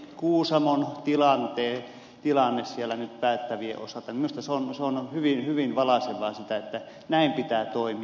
kuusamon tilanne siellä nyt päättävien osalta minusta on hyvin valaiseva näin pitää toimia